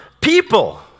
people